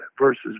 versus